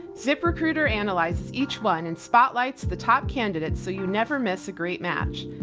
ziprecruiter analyzes each one and spotlights the top candidates so you never miss a great match.